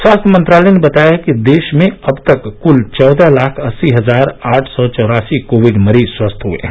स्वास्थ्य मंत्रालय ने बताया है कि देश में अब तक कल चौदह लाख अस्सी हजार आठ सौ चौरासी कोविड मरीज स्वस्थ हए हैं